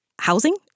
housing